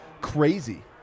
crazy